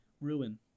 Ruin